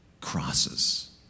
crosses